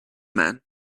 man